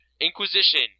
Inquisition